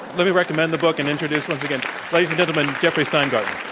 let me recommend the book and introduce once a gain. ladies and gentlemen jeffrey steingarten.